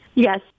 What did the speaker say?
Yes